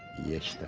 yes.